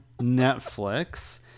Netflix